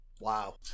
Wow